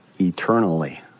eternally